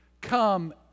Come